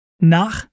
nach